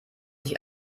sich